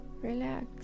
relax